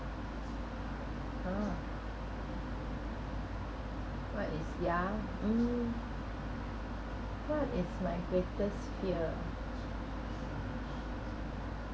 ha what is yeah mm what is my greatest fear ah